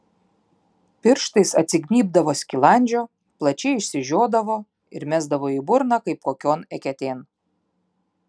pirštais atsignybdavo skilandžio plačiai išsižiodavo ir mesdavo į burną kaip kokion eketėn